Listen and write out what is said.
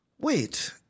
wait